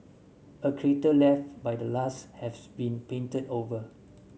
a crater left by the last has been painted over